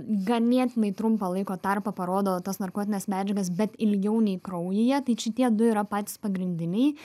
ganėtinai trumpą laiko tarpą parodo tas narkotines medžiagas bet ilgiau nei kraujyje tai šitie du yra patys pagrindiniai